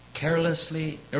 carelessly